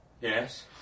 Yes